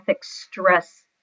stress